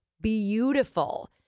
beautiful